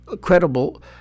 credible